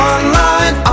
Online